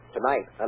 Tonight